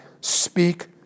speak